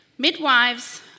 Midwives